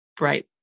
right